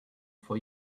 for